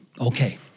Okay